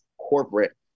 corporate